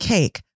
Cake